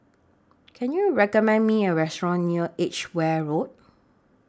Can YOU recommend Me A Restaurant near Edgware Road